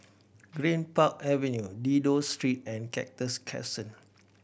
Greenpark Avenue Dido Street and Cactus Crescent